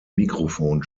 mikrofon